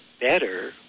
better